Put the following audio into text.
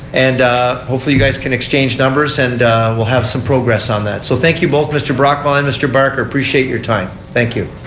and hopefully you can exchange numbers and we'll have some progress on that. so thank you both mr. brockwell and mr. barker. appreciate your time. thank you.